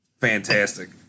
fantastic